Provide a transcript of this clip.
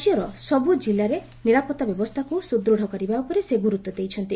ରାଜ୍ୟର ସବୁ ଜିଲ୍ଲାରେ ନିରାପତ୍ତା ବ୍ୟବସ୍ଥାକୁ ସୁଦୃଢ଼ କରିବା ଉପରେ ସେ ଗୁରୁତ୍ୱ ଦେଇଛନ୍ତି